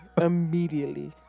Immediately